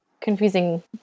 confusing